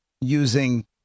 using